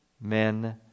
men